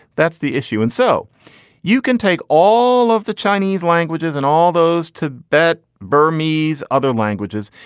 that's the issue. and so you can take all of the chinese languages and all those tibet, burmese, other languages,